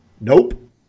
nope